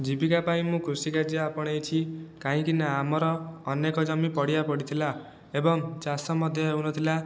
ଜୀବିକା ପାଇଁ ମୁଁ କୃଷିକାର୍ଯ୍ୟ ଆପଣାଇଛି କାହିଁକିନା ଆମର ଅନେକ ଜମି ପଡ଼ିଆ ପଡ଼ିଥିଲା ଏବଂ ଚାଷ ମଧ୍ୟ ହେଉନଥିଲା